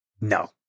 No